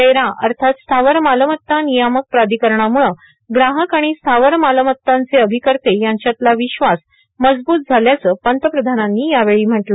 RERA अर्थात स्थावर मालमत्ता नियामक प्राधिकरणाम्ळं ग्राहक आणि स्थावर मालमत्तांचे अभिकर्ते यांच्यातला विश्वास मजब्त झाल्याचं पंतप्रधानांनी यावेळी म्हटलं